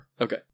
Okay